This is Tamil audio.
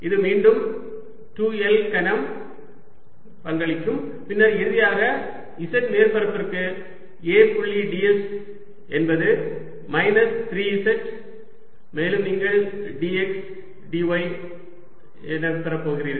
இது மீண்டும் 2 L கனம் பங்களிக்கும் பின்னர் இறுதியாக z மேற்பரப்புகளுக்கு A புள்ளி ds என்பது மைனஸ் 3 z மேலும் நீங்கள் dx d y ஐப் பெறப்போகிறீர்கள்